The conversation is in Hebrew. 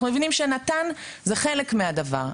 ואנחנו מבינים שנט"ן זה חלק מהדבר,